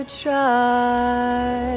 try